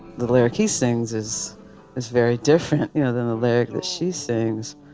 the lyric he sings is is very different you know than the lyric that she sings.